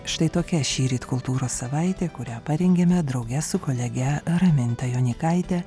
štai tokia šįryt kultūros savaitė kurią parengėme drauge su kolege raminta jonykaite